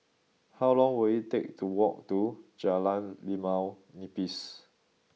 how long will it take to walk to Jalan Limau Nipis